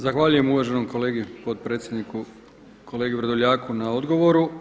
Zahvaljujem uvaženom kolegi potpredsjedniku kolegi Vrdoljaku na odgovoru.